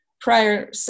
prior